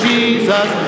Jesus